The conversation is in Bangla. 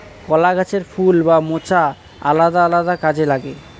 কলা গাছের ফুল বা মোচা আলাদা আলাদা কাজে লাগে